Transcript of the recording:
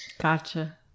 Gotcha